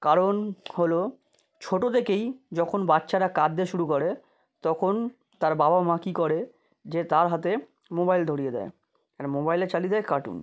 কারণ হলো ছোটো থেকেই যখন বাচ্চারা কাঁদতে শুরু করে তখন তার বাবা মা কী করে যে তার হাতে মোবাইল ধরিয়ে দেয় আর মোবাইলে চালিয়ে দেয় কার্টুন